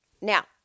Now